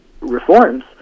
reforms